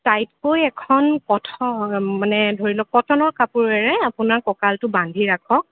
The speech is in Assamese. টাইটকৈ এখন কথ মানে ধৰি লওক কটনৰ কাপোৰেৰে আপোনাৰ কঁকালটো বান্ধি ৰাখক